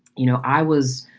you know, i was,